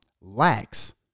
lacks